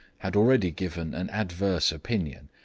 had already given an adverse opinion,